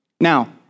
Now